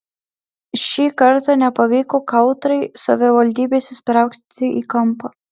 šį kartą nepavyko kautrai savivaldybės įsprausti į kampą